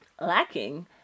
lacking